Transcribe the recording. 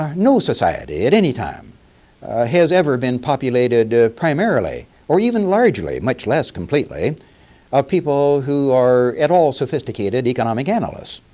no society at any time has ever been populated primarily or even largely much less completely of people who are at all sophisticated economic analysts